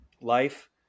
life